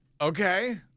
Okay